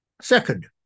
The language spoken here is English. Second